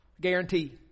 Guarantee